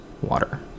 water